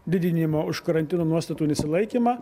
didinimo už karantino nuostatų nesilaikymą